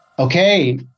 Okay